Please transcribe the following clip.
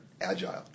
agile